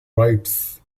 rites